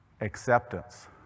Acceptance